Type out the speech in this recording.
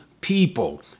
people